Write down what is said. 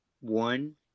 one